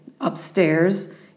upstairs